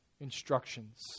instructions